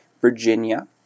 Virginia